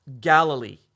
Galilee